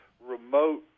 remote